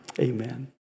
amen